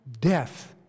death